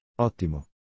Ottimo